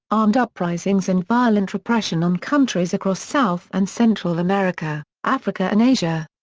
armed uprisings and violent repression on countries across south and central america, africa and asia.